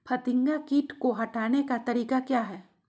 फतिंगा किट को हटाने का तरीका क्या है?